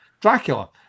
Dracula